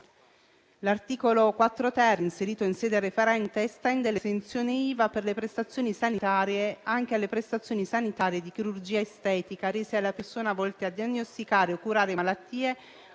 L'articolo 4-*ter*, inserito in sede referente, estende le esenzioni IVA per le prestazioni sanitarie anche alle prestazioni sanitarie di chirurgia estetica rese alla persona, volte a diagnosticare o curare malattie